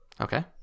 Okay